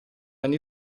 anni